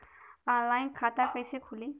खाता ऑनलाइन कइसे खुली?